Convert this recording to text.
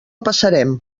passarem